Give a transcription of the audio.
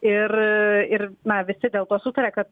ir ir na visi dėl to sutaria kad